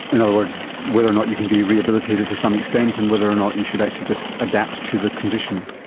in other words, whether or not you can be rehabilitated to some extent and whether or not you should actually just adapt to the condition.